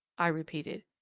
i repeated.